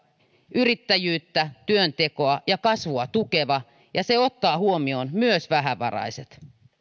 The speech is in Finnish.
yrittäjyyttä työntekoa ja kasvua tukeva ja se ottaa huomioon myös vähävaraiset